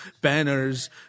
banners